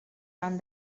around